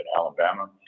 Alabama